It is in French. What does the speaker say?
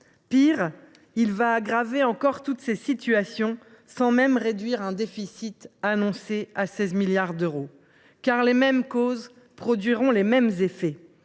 Pis, il aggravera encore toutes ces situations, sans même réduire un déficit annoncé à 16 milliards d’euros. En effet, les mêmes causes produiront les mêmes effets.